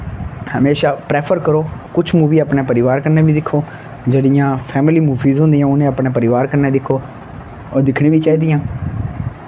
हमेशा प्रैफर करो कुछ मूवी अपने परिवार कन्नै बी दिक्खो जेह्ड़ियां फैमली मूवीस होंदियां उ'नेंगी अपने परिवार कन्नै दिक्खो होर दिक्खने बी चाहिदियां